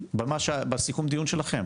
בסיכום הדיון שלכם.